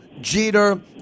Jeter